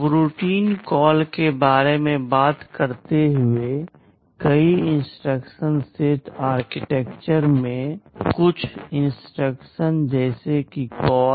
subroutine call के बारे में बात करते हुए कई इंस्ट्रक्शन सेट आर्किटेक्चर में कुछ इंस्ट्रक्शन हैं जैसे कि कॉल